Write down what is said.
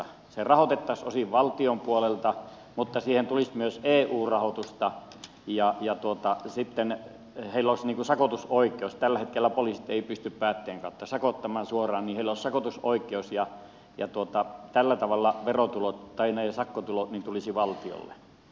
se rahoitettaisiin osin valtion puolelta mutta siihen tulisi myös eu rahoitusta ja sitten heillä olisi sakotusoikeus tällä hetkellä poliisit eivät pysty päätteen kautta sakottamaan suoraan ja tällä tavalla sakkotulot tulisivat valtiolle